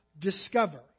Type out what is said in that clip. Discover